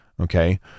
okay